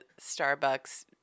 Starbucks